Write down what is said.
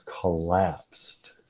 collapsed